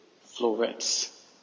florets